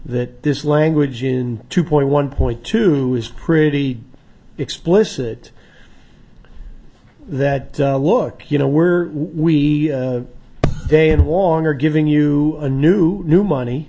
that this language in two point one point two is pretty explicit that look you know we're we day and longer giving you a new new money